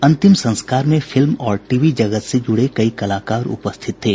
अंतिम संस्कार में फिल्म और टीवी जगत से जुड़े कई कलाकार उपस्थित थे